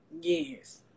Yes